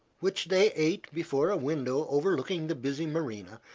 which they ate before a window overlooking the busy marina,